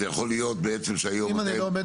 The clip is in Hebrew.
אז זה יכול להיות בעצם -- אם אני לא עומד